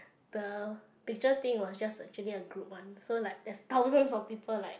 the picture thing was just actually a group one so like that's thousand of people like